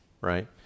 right